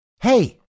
Hey